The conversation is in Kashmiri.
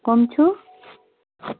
کٕم چھِو